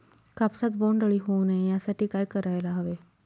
कापसात बोंडअळी होऊ नये यासाठी काय करायला हवे?